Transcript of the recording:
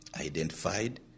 identified